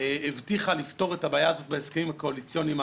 הבטיחה לפתור את הבעיה הזאת בהסכמים הקואליציוניים האחרונים.